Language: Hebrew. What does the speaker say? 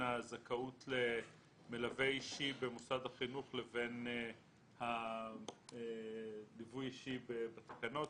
הזכאות למלווה אישי במוסד החינוך לבין הליווי האישי בתקנות.